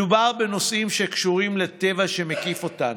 מדובר בנושאים שקשורים לטבע שמקיף אותנו,